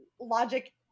logic